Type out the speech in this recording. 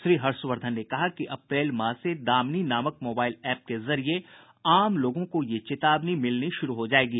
श्री हर्षवर्द्वन ने कहा कि अप्रैल माह से दामिनी नामक मोबाईल एप के जरिये आम लोगों को ये चेतावनी मिलनी शुरू हो जायेगी